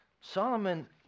Solomon